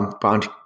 bond